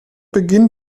beginn